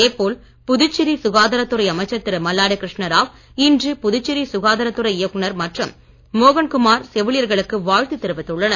இதேபோல் புதுச்சேரி சுகாதார துறை அமைச்சர் திரு மல்லாடிகிருஷ்ணராவ் மற்றும் புதுச்சேரி சுகாதாரத் துறை இயக்குனர் டாக்டர் மோகன்குமார் செவிலியர்களுக்கு வாழ்த்து தெரிவித்துள்ளனர்